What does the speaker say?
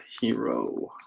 Hero